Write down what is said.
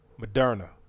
Moderna